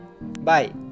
Bye